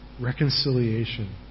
Reconciliation